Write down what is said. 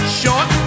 short